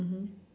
mmhmm